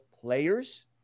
players